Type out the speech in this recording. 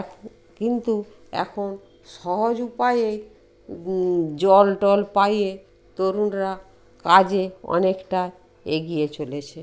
এখ কিন্তু এখন সহজ উপায়ে জল টল পাইয়ে তরুণরা কাজে অনেকটা এগিয়ে চলেছে